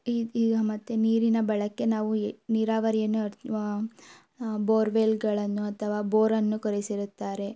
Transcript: ಈಗ ಈಗ ಮತ್ತು ನೀರಿನ ಬಳಕೆ ನಾವು ಎ ನೀರಾವರಿಯನ್ನು ಅಥವಾ ಬೋರ್ವೆಲ್ಗಳನ್ನು ಅಥವಾ ಬೋರನ್ನು ಕೊರೆಸಿರುತ್ತಾರೆ